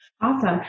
Awesome